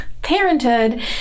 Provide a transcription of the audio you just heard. Parenthood